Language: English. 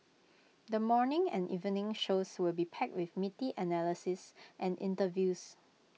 the morning and evening shows will be packed with meaty analyses and interviews